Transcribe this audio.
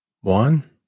One